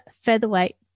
featherweight